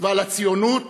ועל הציונות